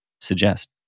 suggest